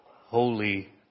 holy